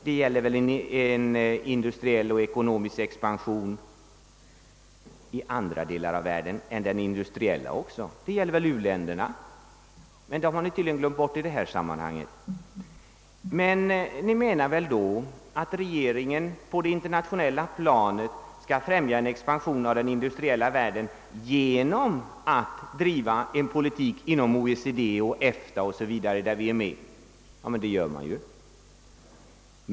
Det gäller väl en in dustriell och ekonomisk expansion också i andra delar av världen än i industriländerna? Det gäller väl även uländerna? Men dem har ni tydligen glömt bort i detta sammanhang. Ni menar väl då att regeringen på det internationella planet skall främja en expansion av den industriella världen genom att driva en sådan politik inom OECD, EFTA och andra organ där vi är med. Men det gör man ju.